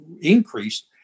increased